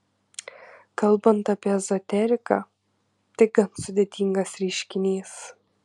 kalbant apie ezoteriką tai gan sudėtingas reiškinys